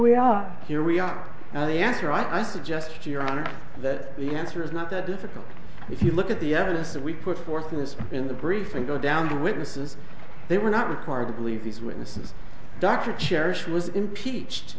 we are here we are the answer i suggest to your honor that the answer is not that difficult if you look at the evidence that we put forth was in the briefing go down the witnesses they were not required to believe these witnesses dr cherrish was impeached